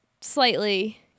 slightly